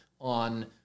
on